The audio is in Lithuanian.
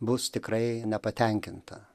bus tikrai nepatenkinta